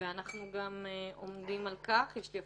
אלא גם את מינו, על